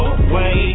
away